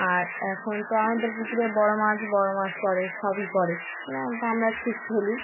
আর এখন তো আমাদের পুকুরে বড়ো মাছ বড় মাছ পড়ে সবই পড়ে তা আমরা ছিপ ফেলি